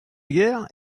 guerre